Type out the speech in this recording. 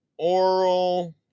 Oral